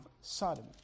Sodom